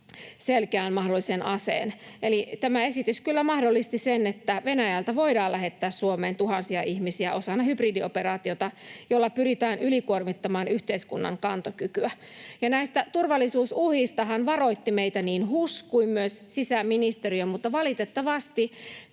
selkeän mahdollisen aseen. Eli tämä esitys kyllä mahdollisti sen, että Venäjältä voidaan lähettää Suomeen tuhansia ihmisiä osana hybridioperaatiota, jolla pyritään ylikuormittamaan yhteiskunnan kantokykyä. Ja näistä turvallisuusuhistahan varoitti meitä niin HUS kuin myös sisäministeriö, mutta valitettavasti